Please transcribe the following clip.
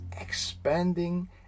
expanding